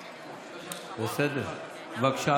בבקשה.